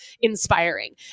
inspiring